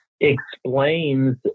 explains